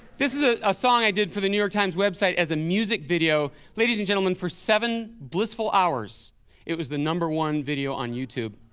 this is ah a song i did for the new york times website as a music video. ladies and gentlemen, for seven blissful hours it was the number one video on youtube.